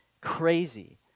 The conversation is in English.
crazy